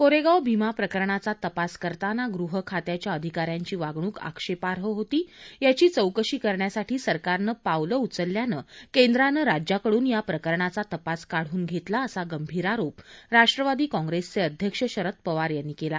कोरेगाव भीमा प्रकरणाचा तपास करताना गृहखात्याच्या अधिकाऱ्यांची वागणूक आक्षेपाई होती याची चौकशी करण्यासाठी सरकारनं पावले उचलल्यानं केंद्रानं राज्याकडून या प्रकरणाचा तपास काढून घेतला असा गंभीर आरोप राष्ट्रवादी कॉंप्रेसचे अध्यक्ष शरद पवार यांनी केला